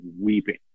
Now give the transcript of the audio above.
weeping